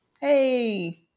Hey